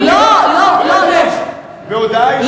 בהודעה אישית,